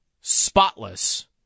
spotless